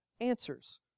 answers